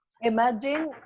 imagine